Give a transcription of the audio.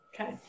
Okay